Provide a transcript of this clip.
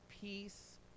peace